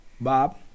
bob